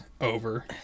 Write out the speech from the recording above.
over